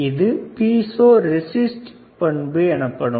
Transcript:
இது piezo resist பண்பு எனப்படுகிறது